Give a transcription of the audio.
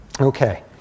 Okay